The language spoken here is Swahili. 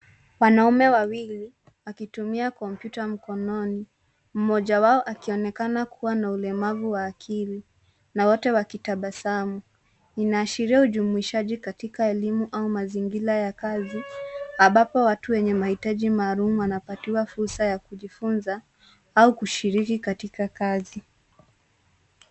Wanaume wawili, wakitumia kompyuta mkononi, mmoja wao akionekana kuwa na ulemavu wa akili, na wote wakitabasamu, inaashiria ujumuishaji katika elimu, au mazingira ya kazi, ambapo watu wenye mahitaji maalum wanapatiwa fursa ya kujifunza, au kushiriki katika kazi.